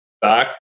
back